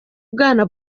bwana